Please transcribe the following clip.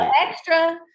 extra